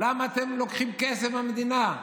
למה אתם לוקחים כסף מהמדינה?